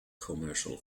commercial